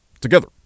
together